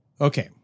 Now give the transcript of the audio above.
Okay